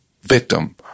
victim